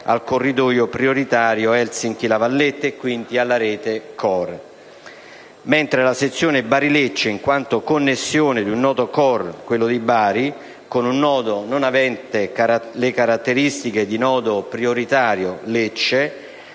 al corridoio prioritario Helsinki-La Valletta e quindi alla rete *core*, mentre la sezione Bari-Lecce in quanto connessione di un nodo *core*, quello di Bari, con un nodo non avente le caratteristiche di nodo prioritario, Lecce,